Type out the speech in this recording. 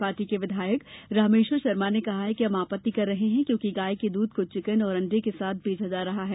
party के विधायक रामेश्वर शर्मा ने कहा कि हम आपत्ति कर रहे हैं क्योंकि गाय के दूध को चिकन और अंडे के साथ बेचा जा रहा है